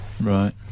Right